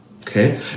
okay